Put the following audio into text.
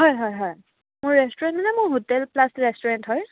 হয় হয় হয় মোৰ ৰেষ্টুৰেণ্ট মানে মোৰ হোটেল প্লাছ ৰেষ্টুৰেণ্ট হয়